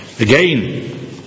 Again